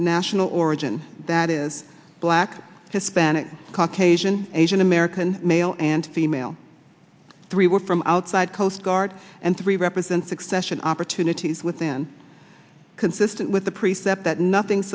national origin that is black hispanic caucasian asian american male and female three were from outside coast guard and three represents succession opportunities within consistent with the precept that nothing